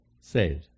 saved